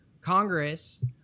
Congress